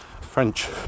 French